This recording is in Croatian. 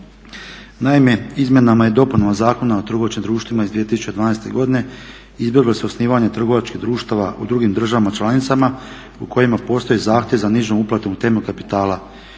Naime, izmjenama i dopunama Zakona o trgovačkim društvima iz 2012.godine izbjeglo se osnivanje trgovačkih društava u drugim državama članicama u kojima postoji zahtjev za nižom uplatom temeljnog kapitala